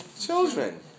Children